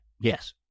Yes